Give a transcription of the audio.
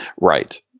right